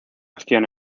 acción